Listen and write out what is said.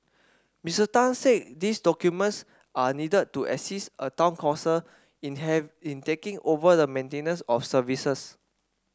Mister Tan said these documents are needed to assist a town council in have in taking over the maintenance of services